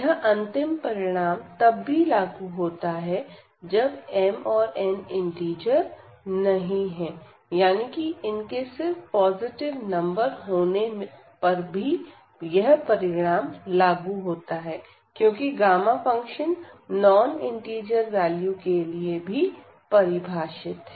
यह अंतिम परिणाम तब भी लागू होता है जब m और n इंटिजर नहीं है यानी कि इनके सिर्फ पॉजिटिव नंबर होने पर भी यह परिणाम लागू होता है क्योंकि gamma function non integer value के लिए भी परिभाषित है